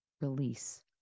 release